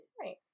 Right